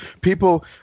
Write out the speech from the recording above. people